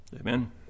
Amen